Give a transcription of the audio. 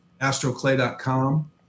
astroclay.com